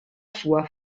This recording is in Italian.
sua